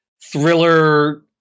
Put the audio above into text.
thriller